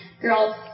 girls